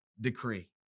decree